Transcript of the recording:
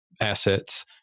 assets